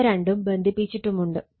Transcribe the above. ഇവ രണ്ടും ബന്ധിപ്പിച്ചിട്ടുമുണ്ട്